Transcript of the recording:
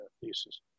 thesis